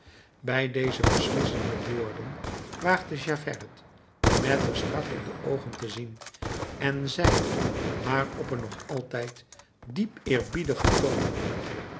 bij deze beslissende woorden waagde javert het den maire strak in de oogen te zien en zeide maar op een nog altijd diep eerbiedigen toon